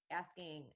asking